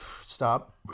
Stop